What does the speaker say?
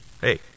Hey